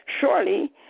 Surely